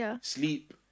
sleep